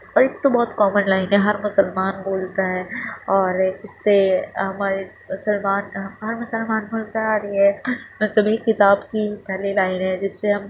ایک تو بہت کامن لائن ہے ہر مسلمان بولتا ہے اور اس سے ہمارے مسلمان ہر مسلمان بولتا ہے اور یہ مذہبی کتاب کی پہلی لائن ہے جس سے ہم